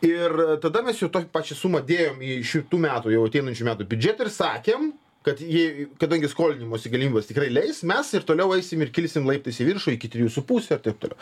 ir tada mes jau tokią pačią sumą dėjom į šitų metų jau ateinančių metų biudžetą ir sakėm kad jei kadangi skolinimosi galimybės tikrai leis mes ir toliau eisim ir kilsim laiptais į viršų iki trijų su puse ir taip toliau